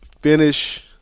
finish